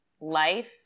life